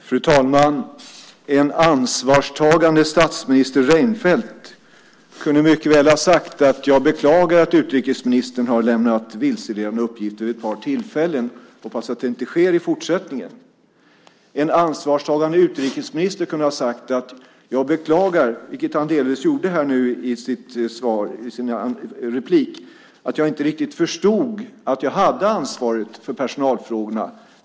Fru talman! En ansvarstagande statsminister Reinfeldt kunde mycket väl ha sagt: Jag beklagar att utrikesministern har lämnat vilseledande uppgifter vid ett par tillfällen, hoppas att det inte sker i fortsättningen. En ansvarstagande utrikesminister kunde ha sagt: Jag beklagar - vilket han delvis gjorde i sitt inlägg - att jag inte riktigt förstod att jag hade ansvaret för personalfrågorna.